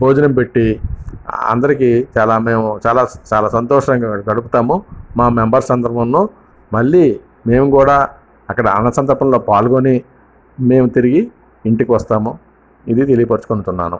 భోజనం పెట్టి అందరికి చాలా మేము చాలా చాలా సంతోషముగా మేము గడుపుతాము మా మెంబెర్స్ అందరమును మళ్ళీ మేము కూడా అక్కడ అన్న సంతర్పణలో పాల్గోని మేము తిరిగి ఇంటికి వస్తాం ఇది తెలియపర్చుకుంటున్నాను